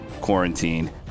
Quarantine